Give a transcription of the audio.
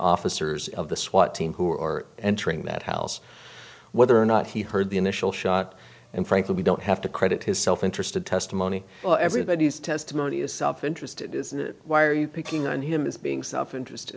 officers of the swat team who are entering that house whether or not he heard the initial shot and frankly we don't have to credit his self interested testimony everybody's testimony is self interest why are you picking on him is being self interest